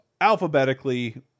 Alphabetically